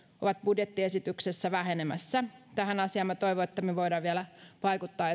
ovat budjettiesityksessä vähenemässä toivon että me voimme tähän asiaan vielä vaikuttaa